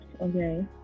Okay